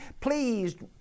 Please